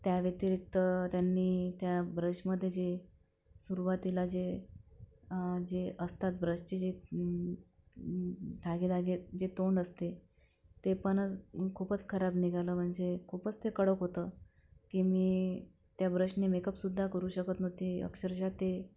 त्या व्यतिरिक्त त्यांनी त्या ब्रशमध्ये जे सुरुवातीला जे जे असतात ब्रशचे जे धागेधागे जे तोंड असते ते पण खूपच खराब निघालं म्हणजे खूपच ते कडक होतं की मी त्या ब्रशने मेकअपसुद्धा करू शकत नव्हते अक्षरश ते